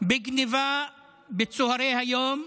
בגנבה בצוהרי היום.